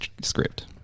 script